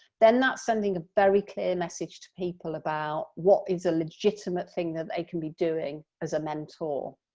then that's sending a very clear message to people about what is a legitimate thing that they can be doing as a mentor.